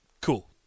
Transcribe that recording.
Cool